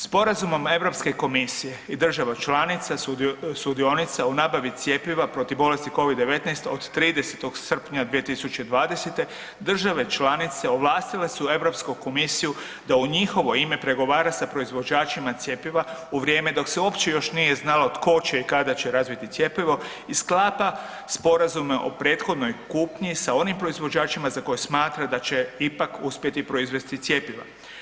Sporazumom EU komisije i država članica sudionica u nabavi cjepiva protiv bolesti Covid-19 od 30. srpnja 2020. države članice ovlastile su EU komisiju da u njihovo ime pregovara s proizvođačima cjepiva u vrijeme dok se uopće još nije znalo tko će i kada će razviti cjepivo i sklapa sporazume o prethodnoj kupnji sa onim proizvođačima za koje smatra da će ipak uspjeti proizvesti cjepiva.